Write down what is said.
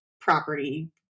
property